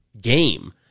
game